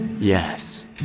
Yes